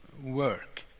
work